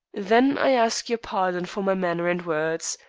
then i ask your pardon for my manner and words.